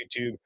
YouTube